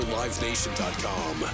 livenation.com